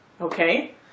okay